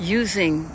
using